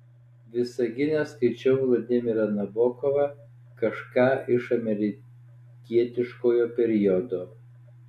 visagine skaičiau vladimirą nabokovą kažką iš amerikietiškojo periodo